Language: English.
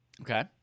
Okay